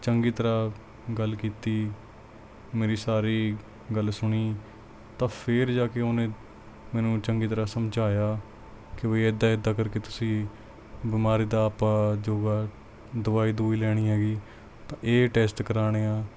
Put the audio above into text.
ਚੰਗੀ ਤਰ੍ਹਾਂ ਗੱਲ ਕੀਤੀ ਮੇਰੀ ਸਾਰੀ ਗੱਲ ਸੁਣੀ ਤਾਂ ਫਿਰ ਜਾ ਕੇ ਉਹਨੇ ਮੈਨੂੰ ਚੰਗੀ ਤਰ੍ਹਾਂ ਸਮਝਾਇਆ ਕਿ ਬਈ ਇੱਦਾਂ ਇੱਦਾਂ ਕਰਕੇ ਤੁਸੀਂ ਬਿਮਾਰੀ ਦਾ ਆਪਾਂ ਜੋ ਹੈ ਦਵਾਈ ਦਵੁਈ ਲੈਣੀ ਹੈਗੀ ਤਾਂ ਇਹ ਟੈਸਟ ਕਰਾਉਣੇ ਆ